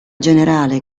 generale